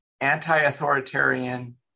anti-authoritarian